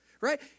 right